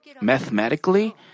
Mathematically